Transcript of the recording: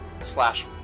slash